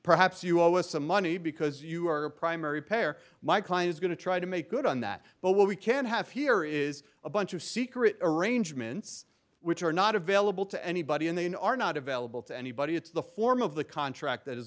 perhaps you always some money because you are a primary pair my client is going to try to make good on that but we can have here is a bunch of secret arrangements which are not available to anybody and they are not available to anybody it's the form of the contract that is